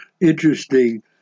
interesting